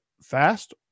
fast